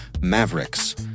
Mavericks